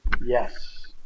Yes